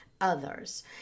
others